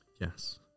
yes